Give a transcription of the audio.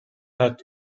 had